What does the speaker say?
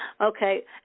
Okay